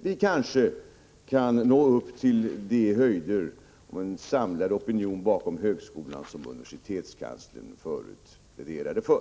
vi kanske kan nå upp till de höjder och få den samlade opinion bakom högskolan som universitetskanslern tidigare pläderade för.